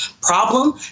problem